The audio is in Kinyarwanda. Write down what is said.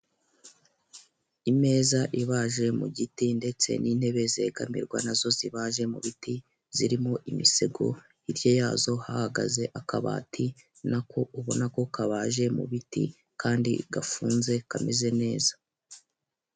Imeza ibaje mugiti ndetse n' intebe zegamirwa nazo zibaje mubiti ,zirimo imisego, hirya yazo hahagaze akabati Nako ubona ko kabaje mubiti Kandi gafunze kameze neza.